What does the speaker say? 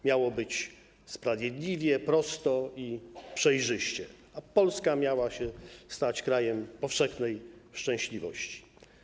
Miało być sprawiedliwie, prosto i przejrzyście, a Polska miała się stać krajem powszechnej szczęśliwości.